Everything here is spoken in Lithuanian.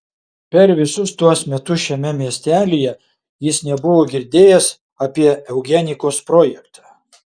per visus tuos metus šiame miestelyje jis nebuvo girdėjęs apie eugenikos projektą